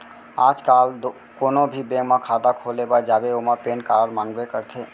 आज काल कोनों भी बेंक म खाता खोले बर जाबे ओमा पेन कारड मांगबे करथे